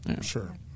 sure